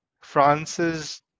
france's